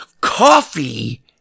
coffee